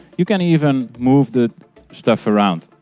you can even move the stuff around.